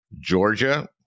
Georgia